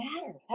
matters